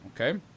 Okay